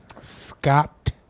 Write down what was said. Scott